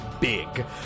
Big